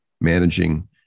managing